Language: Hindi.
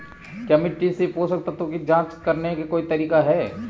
क्या मिट्टी से पोषक तत्व की जांच करने का कोई तरीका है?